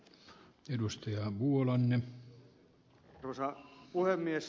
arvoisa puhemies